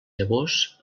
llavors